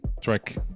track